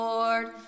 Lord